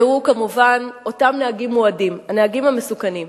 והוא כמובן אותם נהגים מועדים, הנהגים המסוכנים.